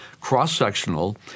cross-sectional